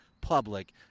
public